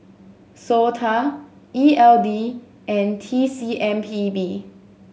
SOTA E L D and T C M P B